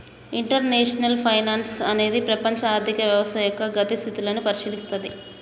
international finance అనేది ప్రపంచ ఆర్థిక వ్యవస్థ యొక్క గతి స్థితులను పరిశీలిత్తది